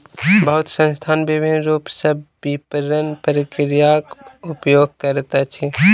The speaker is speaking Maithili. बहुत संस्थान विभिन्न रूप सॅ विपरण प्रक्रियाक उपयोग करैत अछि